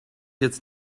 jetzt